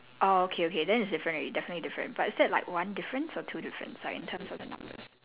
orh okay okay then it's different already definitely different but it's that like one difference or two difference like in terms of the numbers